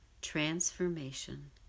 transformation